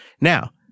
Now